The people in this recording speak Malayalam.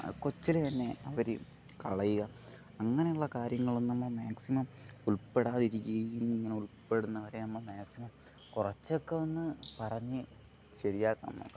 കൊച്ചിലെ തന്നെ അവർ കളയുക അങ്ങനെയുള്ള കാര്യങ്ങളൊന്നും മാക്സിമം ഉൾപ്പെടാതെ ഇരിക്കുകയും ഇങ്ങനെ ഉൾപ്പെടുന്നവരെ നമ്മൾ മാക്സിമം കുറച്ചൊക്കെ ഒന്നു പറഞ്ഞു ശരിയാക്കണം നമ്മൾ